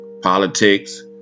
Politics